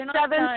seven